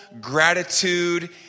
gratitude